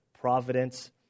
providence